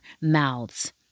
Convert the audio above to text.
mouths